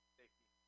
safety